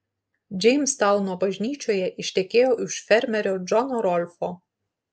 džeimstauno bažnyčioje ištekėjo už fermerio džono rolfo